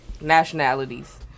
nationalities